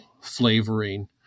flavoring